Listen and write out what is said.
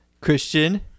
christian